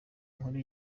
nkuru